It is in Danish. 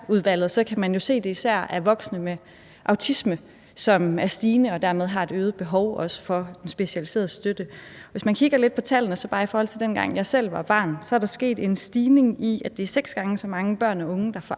det især er antallet af voksne med autisme, som er stigende, og dermed er der et øget behov for den specialiserede støtte. Hvis man kigger lidt på tallene bare i forhold til dengang, hvor jeg selv var barn, er der sket en stigning, så det er seks gange så mange børn og unge, der får